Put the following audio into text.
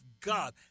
God